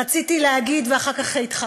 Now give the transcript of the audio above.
רציתי להגיד ואחר כך התחרטתי,